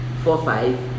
Four-five